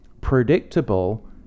predictable